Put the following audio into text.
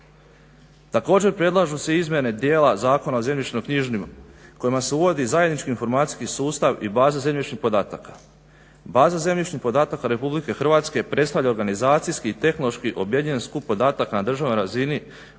Također predlažu se izmjene dijela Zakona o zemljišno-knjižnim kojima se uvodi zajednički informacijski sustav i baza zemljišnih podataka. Baza zemljišnih podataka Republike Hrvatske predstavlja organizacijski i tehnološki objedinjen skup podataka na državnoj razini